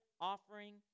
offering